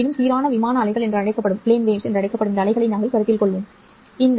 இருப்பினும் சீரான விமான அலைகள் என்று அழைக்கப்படும் அந்த அலைகளை நாங்கள் கருத்தில் கொள்வோம் சரி